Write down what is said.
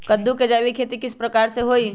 कददु के जैविक खेती किस प्रकार से होई?